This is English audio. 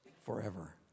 forever